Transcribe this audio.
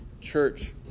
church